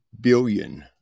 billion